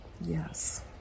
yes